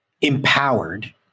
empowered